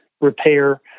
repair